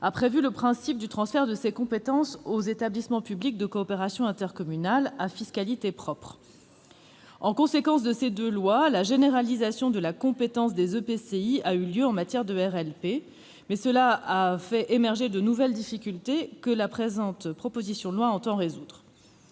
a prévu le principe du transfert de ces compétences aux établissements publics de coopération intercommunale à fiscalité propre. Conséquence de ces deux lois, la compétence des EPCI en matière de RLP a été généralisée, ce qui a fait émerger de nouvelles difficultés, que la présente proposition de loi entend résoudre.